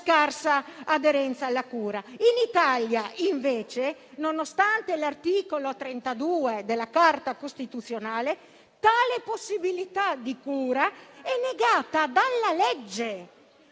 In Italia invece, nonostante quanto previsto dall'articolo 32 della Carta costituzionale, tale possibilità di cura è negata dalla legge